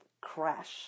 Crash